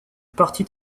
parti